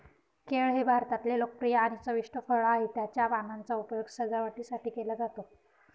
केळ हे भारतातले लोकप्रिय आणि चविष्ट फळ आहे, त्याच्या पानांचा उपयोग सजावटीसाठी केला जातो